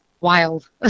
wild